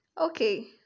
Okay